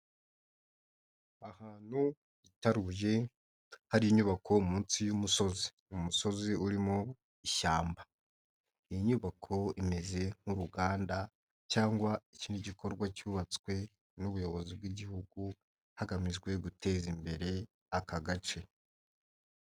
Ahantu itaruye hari inyubako munsi y'umusozi. Umusozi uri mu ishyamba. Inyubako imeze nk'uruganda cyangwa ikindi gikorwa cyubatswe n'ubuyobozi bw'igihugu hagamijwe guteza imbere aka gace.